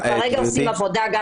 גברתי --- אנחנו כרגע עושים עבודה גם